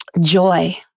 Joy